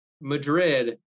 Madrid